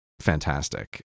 fantastic